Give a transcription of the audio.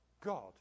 God